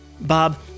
Bob